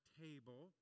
table